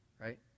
right